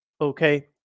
okay